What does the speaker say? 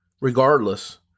Regardless